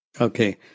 Okay